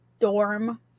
dorm